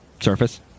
Surface